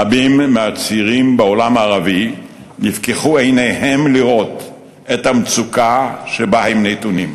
רבים מהצעירים בעולם הערבי נפקחו עיניהם לראות את המצוקה שבה הם נתונים.